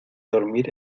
dormir